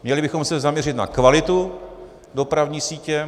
Měli bychom se zaměřit na kvalitu dopravní sítě.